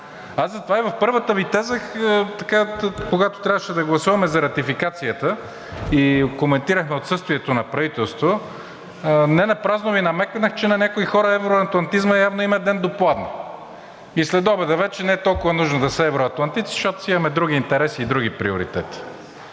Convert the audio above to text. Аз затова и в първата Ви казах, когато трябваше да гласуваме за ратификацията и коментирахме отсъствието на правителството, ненапразно Ви намекнах, че на някои хора евроатлантизма явно им е ден до пладне и следобеда вече не е толкова нужно да са евроатлантици, защото си имаме други интереси и други приоритети.